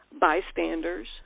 bystanders